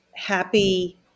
happy